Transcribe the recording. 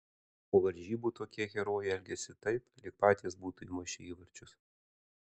po varžybų tokie herojai elgiasi taip lyg patys būtų įmušę įvarčius